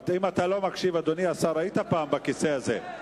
אם אתה לא מקשיב, אדוני השר, היית פעם בכיסא הזה.